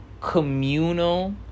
communal